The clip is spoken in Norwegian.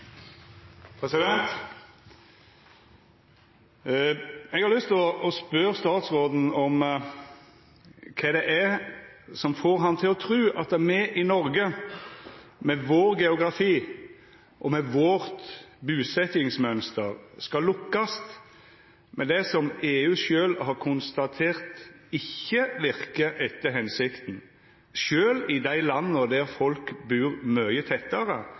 er som får han til å tru at me i Noreg, med vår geografi og med vårt busetjingsmønster, skal lukkast med det som EU sjølv har konstatert ikkje verker etter føremålet – ikkje eingong i dei landa der folk bur mykje tettare